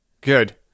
good